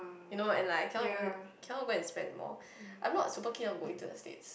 you know and like I cannot even cannot go and spend more I'm not super keen on going to the states